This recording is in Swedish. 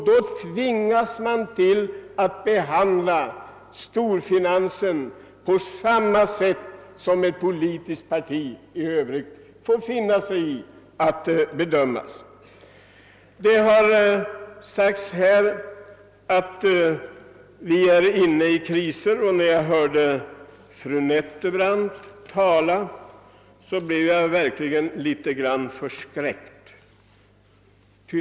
Då tvingas man behandla storfinansen på samma sätt som politiska partier får finna sig i. Det har sagts här att vi är inne i kriser. När jag hörde fru Nettelbrandt tala blev jag verkligen litet orolig.